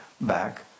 back